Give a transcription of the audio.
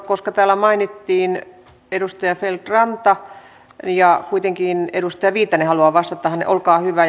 koska täällä mainittiin edustaja feldt ranta ja kuitenkin edustaja viitanen haluaa vastata olkaa hyvä